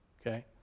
okay